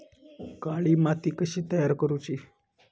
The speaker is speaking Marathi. काळी माती कशी तयार करूची?